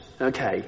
Okay